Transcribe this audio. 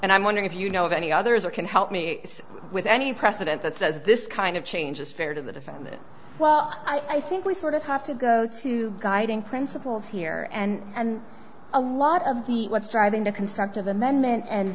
and i'm wondering if you know of any others or can help me with any precedent that says this kind of change is fair to the defendant well i think we sort of have to go to guiding principles here and and a lot of what's driving the constructive amendment and